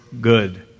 Good